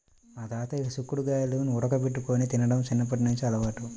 మా తాతయ్యకి చిక్కుడు గాయాల్ని ఉడకబెట్టుకొని తినడం చిన్నప్పట్నుంచి అలవాటు